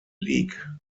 league